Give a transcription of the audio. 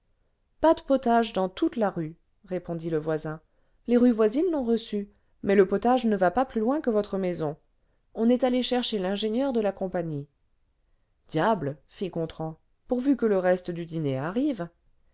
pas de potage dans toute la rue répondit le voisin les rues voisines l'ont reçu mais le potage ne va pas plus loin que votre maison on est allé chercher l'ingénieur de la compagnie diable fit gontran pourvu que le reste du dîner arrive